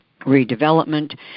redevelopment